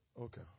Okay